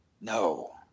No